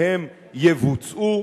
והם יבוצעו.